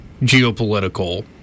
geopolitical